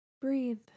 breathe